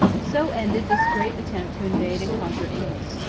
so ended this great attempt to invade and conquer england.